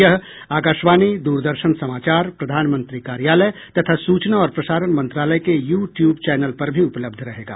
यह आकाशवाणी दूरदर्शन समाचार प्रधानमंत्री कार्यालय तथा सूचना और प्रसारण मंत्रालय के यू ट्यूब चैनल पर भी उपलब्ध रहेगा